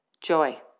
Joy